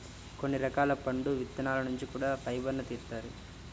కొన్ని రకాల పండు విత్తనాల నుంచి కూడా ఫైబర్ను తీత్తారు